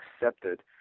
accepted